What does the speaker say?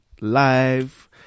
live